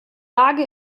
lage